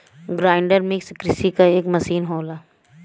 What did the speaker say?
grinder mixer कृषि क एक मसीन होला